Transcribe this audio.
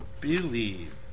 believe